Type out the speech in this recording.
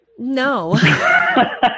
No